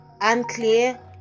unclear